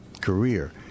career